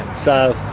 so,